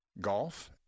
Golf